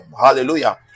hallelujah